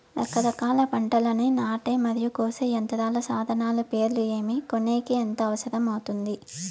రకరకాల పంటలని నాటే మరియు కోసే యంత్రాలు, సాధనాలు పేర్లు ఏమి, కొనేకి ఎంత అవసరం అవుతుంది?